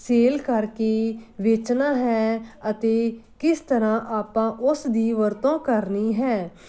sale ਕਰਕੇ ਵੇਚਣਾ ਹੈ ਅਤੇ ਕਿਸ ਤਰ੍ਹਾਂ ਆਪਾਂ ਉਸ ਦੀ ਵਰਤੋਂ ਕਰਨੀ ਹੈ